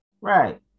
Right